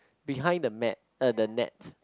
behind the mat uh the net